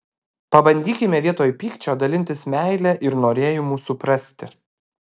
pabandykime vietoj pykčio dalintis meile ir norėjimu suprasti